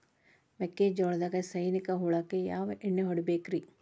ಮೆಕ್ಕಿಜೋಳದಾಗ ಸೈನಿಕ ಹುಳಕ್ಕ ಯಾವ ಎಣ್ಣಿ ಹೊಡಿಬೇಕ್ರೇ?